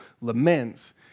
laments